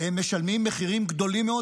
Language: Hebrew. הם משלמים מחירים גדולים מאוד,